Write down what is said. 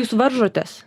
jūs varžotės